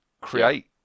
create